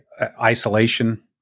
isolation